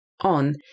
on